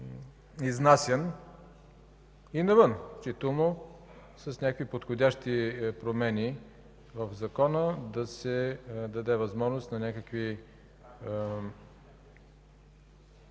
изнасян и навън включително. С подходящи промени в Закона да се даде възможност на някакви